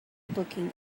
booking